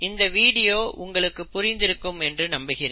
இந்த வீடியோ உங்களுக்கு புரிந்திருக்கும் என்று நம்புகிறேன்